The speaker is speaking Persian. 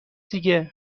دیگه